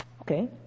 okay